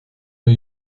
new